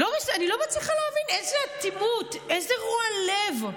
אני לא מצליחה להבין, איזו אטימות, איזה רוע לב.